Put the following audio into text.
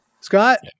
Scott